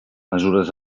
mesures